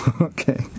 Okay